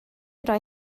roi